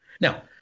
Now